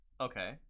Okay